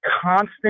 constant